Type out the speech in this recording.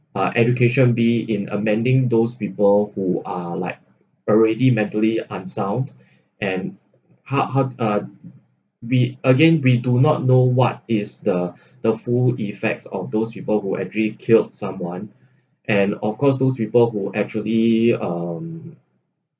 uh education be in amending those people who are like already mentally unsound and how how uh we again we do not know what is the the full effects of those people who actually killed someone and of course those people who actually um